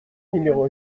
numéro